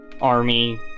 army